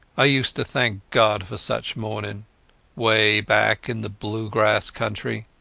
i used to thank god for such mornings way back in the blue-grass country,